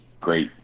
great